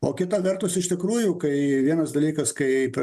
o kita vertus iš tikrųjų kai vienas dalykas kaip